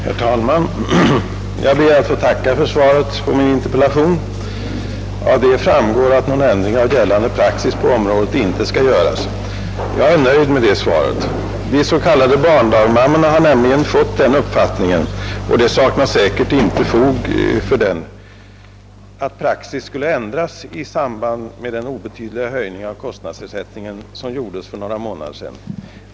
Herr talman! Jag ber att få tacka för svaret på min interpellation. Av det framgår att någon ändring av gällande praxis på området inte skall göras. Jag är nöjd med det svaret. De s.k. barndagmammorna har nämligen fått den uppfattningen — och det saknades säkert inte fog för den — att praxis skulle ändras i samband med den obetydliga höjning av kostnadsersättningen som gjordes för några månader sedan.